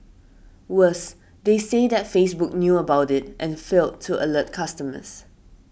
worse they say that Facebook knew about it and failed to alert customers